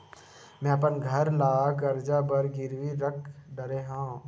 मेहा अपन घर ला कर्जा बर गिरवी रख डरे हव